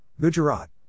Gujarat